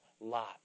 lot